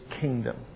kingdom